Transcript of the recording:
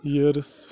years